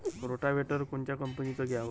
Rotavator कोनच्या कंपनीचं घ्यावं?